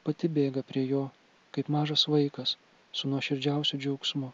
pati bėga prie jo kaip mažas vaikas su nuoširdžiausiu džiaugsmu